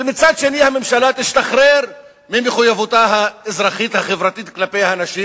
ומצד שני הממשלה תשתחרר ממחויבותה האזרחית החברתית כלפי האנשים